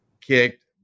kicked